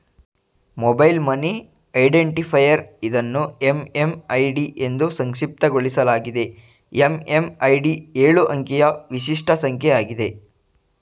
mobile money identifier ಇದನ್ನು MMID ಎಂದೂ ಸಂಕ್ಷಿಪ್ತಗೊಳಿಸಲಾಗಿದೆ ಎಂ.ಎಂ.ಐ.ಡಿ ಎಳು ಅಂಕಿಯ ವಿಶಿಷ್ಟ ಸಂಖ್ಯೆ ಆಗಿದೆ